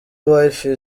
wife